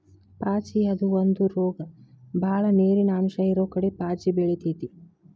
ಪಾಚಿ ಅದು ಒಂದ ರೋಗ ಬಾಳ ನೇರಿನ ಅಂಶ ಇರುಕಡೆ ಪಾಚಿ ಬೆಳಿತೆತಿ